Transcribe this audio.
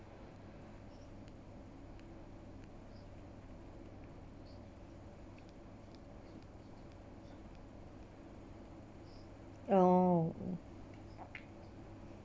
oh